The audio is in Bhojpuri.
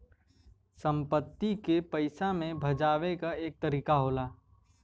संपत्ति के पइसा मे भजावे क एक तरीका होला